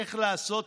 איך לעשות,